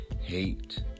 hate